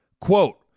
Quote